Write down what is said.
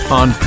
on